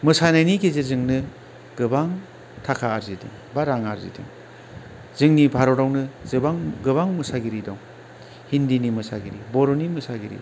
मोसानायनि गेजेरजों गोबां थाखा आरजिदों बा रां आरजिदों जोंनि भारतआवनो जोबां गोबां मोसागिरि दं हिन्दीनि मोसागिरि बर'नि मोसागिरि